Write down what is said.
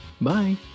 Bye